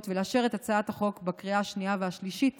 ולאשר את הצעת החוק בקריאה השנייה והשלישית